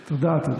ידעתי.